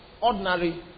ordinary